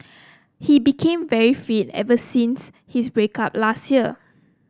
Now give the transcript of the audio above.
he became very fit ever since his break up last year